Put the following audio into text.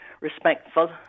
respectful